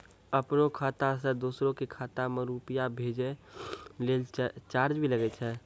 आपनों खाता सें दोसरो के खाता मे रुपैया भेजै लेल चार्ज भी लागै छै?